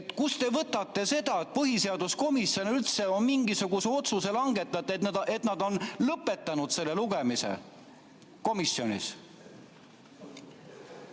kust te võtate seda, et põhiseaduskomisjon üldse on mingisuguse otsuse langetanud, et nad on lõpetanud selle lugemise komisjonis.